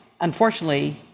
unfortunately